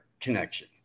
connection